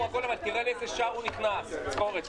עכשיו --- לא יצויר שהיה תלוי בך,